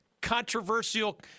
controversial